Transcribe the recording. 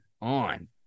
on